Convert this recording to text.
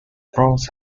bronze